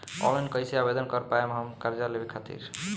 Online कइसे आवेदन कर पाएम हम कर्जा लेवे खातिर?